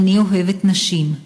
אני אוהבת נשים.